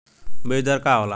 बीज दर का होला?